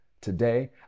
Today